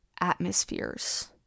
atmospheres